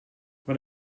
when